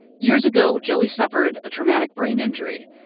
years ago, joey suffered a traumatic brain injury.